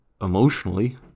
emotionally